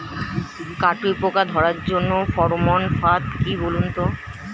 কাটুই পোকা ধরার জন্য ফেরোমন ফাদ কি বলুন তো?